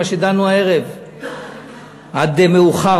מה שדנו בו הערב עד מאוחר,